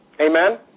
Amen